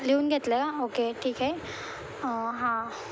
लिहून घेतलं का ओके ठीक आहे हां